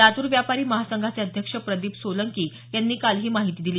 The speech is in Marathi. लातूर व्यापारी महासंघाचे अध्यक्ष प्रदीप सोलंकी यांनी काल ही माहिती दिली